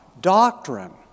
doctrine